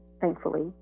thankfully